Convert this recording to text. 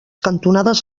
cantonades